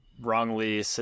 wrongly